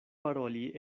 paroli